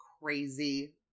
crazy